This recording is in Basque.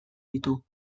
ditu